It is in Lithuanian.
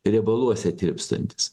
riebaluose tirpstantys